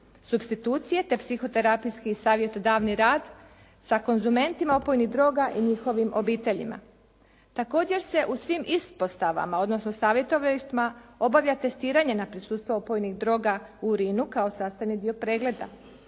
supstitucije te psihoterapijski i savjetodavni rad sa konzumentima opojnih droga i njihovim obiteljima. Također se u svim ispostavama odnosno savjetovalištima obavlja testiranje na prisustvo opojnih droga u urinu kao sastavni dio pregleda.